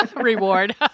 reward